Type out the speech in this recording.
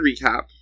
recap